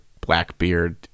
Blackbeard